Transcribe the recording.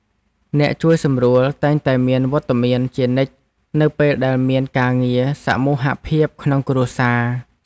អ្នកជួយសម្រួលតែងតែមានវត្តមានជានិច្ចនៅពេលដែលមានការងារសមូហភាពក្នុងគ្រួសារ។